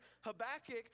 habakkuk